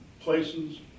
places